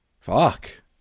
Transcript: Fuck